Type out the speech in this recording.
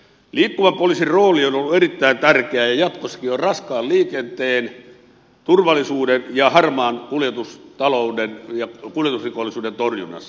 liikkuvan poliisin rooli on ollut erittäin tärkeä ja jatkossakin on raskaan liikenteen turvallisuuden ja harmaan kuljetustalouden ja kuljetusrikollisuuden torjunnassa